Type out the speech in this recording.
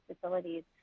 facilities